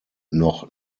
noch